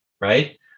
right